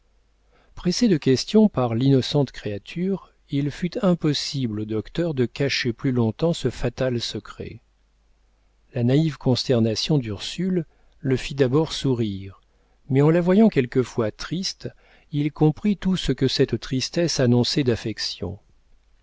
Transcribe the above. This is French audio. pressé de questions par l'innocente créature il fut impossible au docteur de cacher plus longtemps ce fatal secret la naïve consternation d'ursule le fit d'abord sourire mais en la voyant quelquefois triste il comprit tout ce que cette tristesse annonçait d'affection